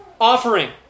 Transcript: offering